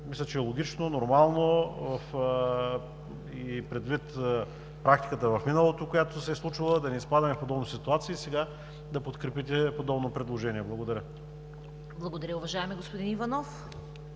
мисля, че е логично, нормално и предвид практиката в миналото, която се е случвала, да не изпадаме в подобни ситуации, сега да подкрепите подобно предложение. Благодаря. ПРЕДСЕДАТЕЛ ЦВЕТА КАРАЯНЧЕВА: Благодаря, уважаеми господин Иванов.